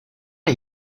are